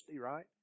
right